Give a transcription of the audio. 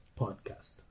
podcast